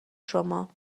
شما